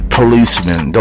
policemen